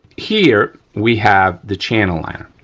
here we have the channel liner,